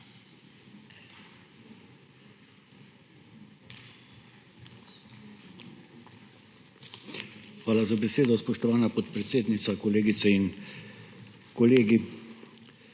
Hvala za besedo, spoštovana podpredsednica. Kolegice in kolegi!